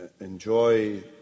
enjoy